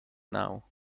now